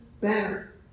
better